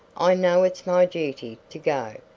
i know it's my duty to go,